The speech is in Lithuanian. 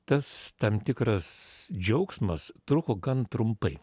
tas tam tikras džiaugsmas truko gan trumpai